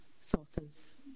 sources